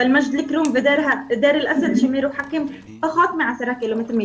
אבל מג'דל כרום ודיר אל אסד שמרוחקים פחות מעשרה קילומטרים,